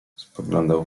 spoglądał